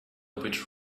which